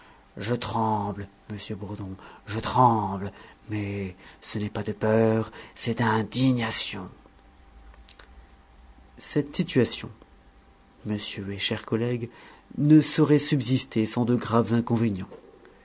je tremble monsieur bourdon je tremble mais ce n'est pas de peur c'est d'indignation cette situation monsieur et cher collègue ne saurait subsister sans de graves inconvénients